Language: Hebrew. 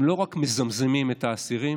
הם לא רק מזמזמים את האסירים,